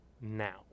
now